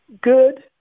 good